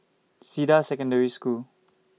Cedar Secondary School